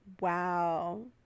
Wow